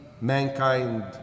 mankind